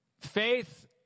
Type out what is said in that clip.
Faith